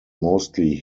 mostly